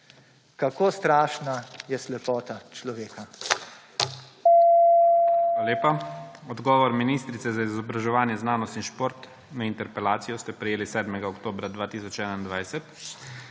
Kako strašna je slepota človeka!